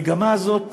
המגמה הזאת